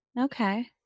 Okay